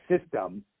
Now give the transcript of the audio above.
system